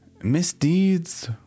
misdeeds